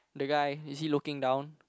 the guy is he looking down